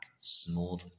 smooth